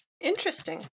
Interesting